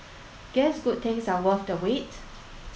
guess good things are worth the wait